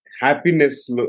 happiness